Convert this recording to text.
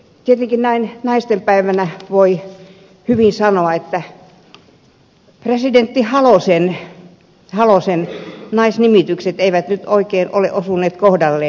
tietenkin näin naistenpäivänä voi hyvin sanoa että presidentti halosen naisnimitykset eivät nyt oikein ole osuneet kohdalleen